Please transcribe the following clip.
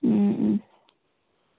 ꯎꯝ ꯎꯝ